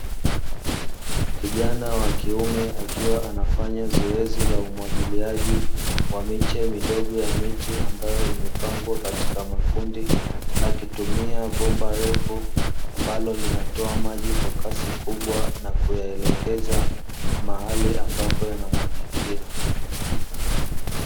Kijana wa kiume akiwa anafanya zoezi la umwagiliaji wa miche midogo ya miti ambayo imepangwa katika makundi, akitumia bomba refu ambalo linatoa maji kwa kasi kubwa na kuyaelekeza mahali ambapo yanamwagikia.